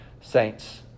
saints